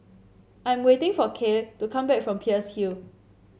I'm waiting for Kaye to come back from Peirce Hill